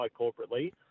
corporately